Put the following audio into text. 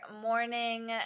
morning